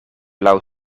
laŭ